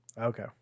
okay